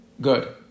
Good